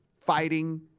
fighting